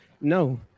No